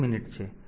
તો આ 1 મિનિટ છે